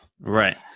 Right